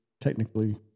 technically